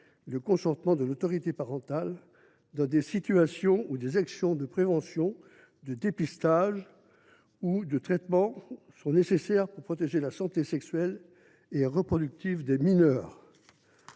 le consentement de l’autorité parentale quand des situations ou des actions de prévention, de dépistage ou de traitement sont nécessaires pour protéger la santé sexuelle et reproductive des mineurs.